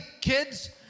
Kids